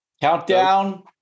Countdown